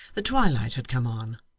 the twilight had come on,